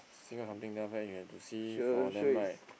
something then after that you have to see for them right